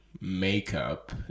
makeup